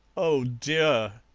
oh, dear,